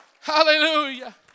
Hallelujah